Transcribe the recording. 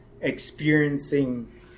experiencing